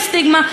יש סטיגמה,